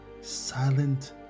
silent